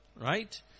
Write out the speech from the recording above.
Right